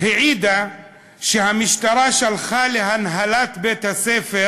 העידה שהמשטרה שלחה להנהלת בית-הספר